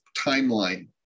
timeline